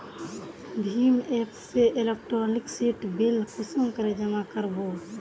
भीम app से electricity bill कुंसम करे जमा कर बो?